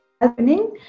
happening